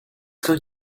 going